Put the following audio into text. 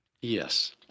Yes